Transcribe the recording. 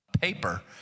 paper